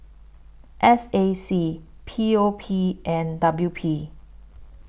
S A C P O P and W P